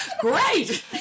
great